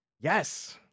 Yes